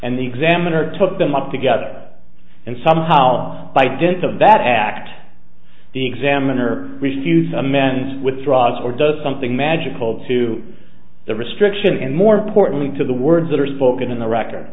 and the examiner took them up together and somehow by dint of that act the examiner refused to amend withdraws or does something magical to the restriction and more importantly to the words that are spoken in the record